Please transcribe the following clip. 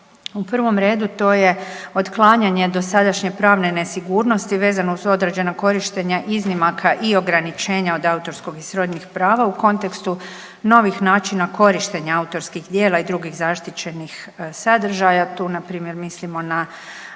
U prvom redu, to je otklanjanje dosadašnje pravne nesigurnosti vezano uz određena korištenja iznimaka i ograničenja od autorskog i srodnih prava u kontekstu novih načina korištenja autorskih djela i drugih zaštićenih sadržaja. Tu npr. mislimo na